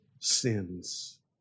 sins